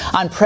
on